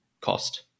cost